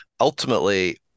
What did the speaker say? ultimately